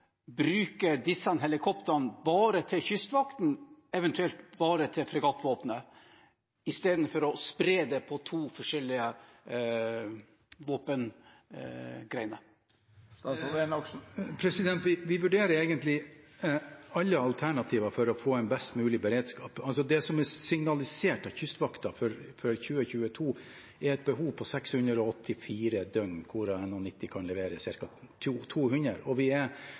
bruke disse helikoptrene bare til Kystvakten, eventuelt bare til fregattvåpenet, istedenfor å spre det på to forskjellige våpengrener? Vi vurderer egentlig alle alternativer for å få en best mulig beredskap. Det som er signalisert av Kystvakten for 2022, er et behov på 684 døgn, hvorav NH90 kan levere ca. 200. Vi er